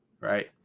Right